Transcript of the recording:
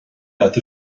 leat